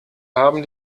haben